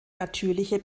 natürliche